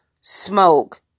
smoke